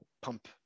pump